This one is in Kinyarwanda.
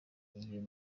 iyo